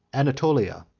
anatolia,